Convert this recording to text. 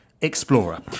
Explorer